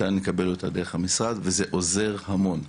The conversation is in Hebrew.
ניתן לקבל אותה דרך משרד הבריאות וזה עוזר המון.